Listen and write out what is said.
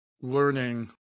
learning